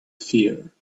fear